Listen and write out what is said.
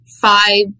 five